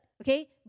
Okay